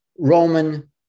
Roman